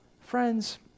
Friends